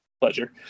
pleasure